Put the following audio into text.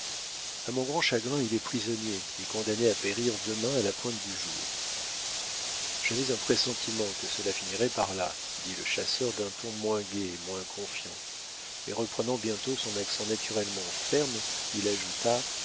à mon grand chagrin il est prisonnier et condamné à périr demain à la pointe du jour j'avais un pressentiment que cela finirait par là dit le chasseur d'un ton moins gai et moins confiant mais reprenant bientôt son accent naturellement ferme il ajouta